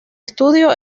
estudio